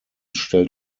stellt